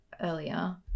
earlier